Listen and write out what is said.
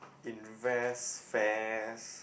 invest fairs